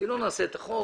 אם לא נעשה את החוק,